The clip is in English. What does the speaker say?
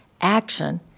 action